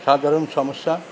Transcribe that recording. সাধারণ সমস্যা